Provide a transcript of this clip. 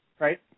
Right